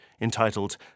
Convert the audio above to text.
entitled